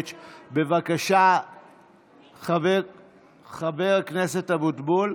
בבקשה, חבר הכנסת אבוטבול.